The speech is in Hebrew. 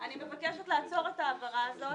אני מבקשת לעצור את ההעברה הזאת